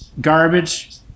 Garbage